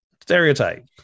stereotype